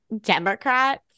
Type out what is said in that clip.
Democrats